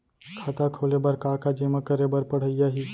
खाता खोले बर का का जेमा करे बर पढ़इया ही?